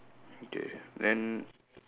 okay then